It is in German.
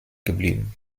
geblieben